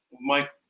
Mike